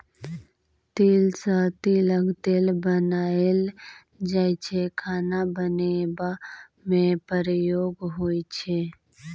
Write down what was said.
तिल सँ तिलक तेल बनाएल जाइ छै खाना बनेबा मे प्रयोग होइ छै